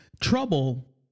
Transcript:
trouble